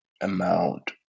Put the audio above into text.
amount